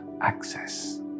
access